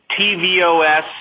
tvOS